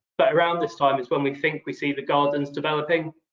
but around this time is when we think we see the gardens developing.